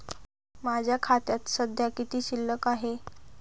माझ्या खात्यात सध्या किती शिल्लक आहे?